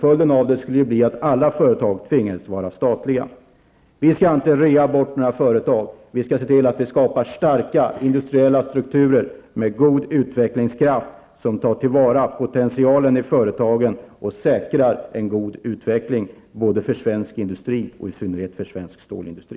Följden av det skulle bli att alla företag tvingades vara statliga. Vi skall inte rea bort några företag. Vi skall se till att vi skapar starka industriella strukturer med goda utvecklingskrafter som tar till vara potentialen i företagen och säkrar en god utveckling för svensk industri, och i synnerhet för svensk stålindustri.